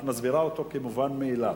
את מסבירה אותו כמובן מאליו.